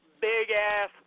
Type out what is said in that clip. big-ass